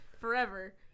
forever